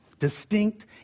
distinct